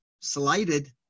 slighted